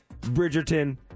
Bridgerton